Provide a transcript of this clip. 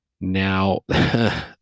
Now